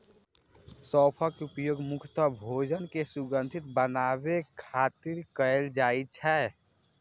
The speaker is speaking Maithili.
सौंफक उपयोग मुख्यतः भोजन कें सुगंधित बनाबै खातिर कैल जाइ छै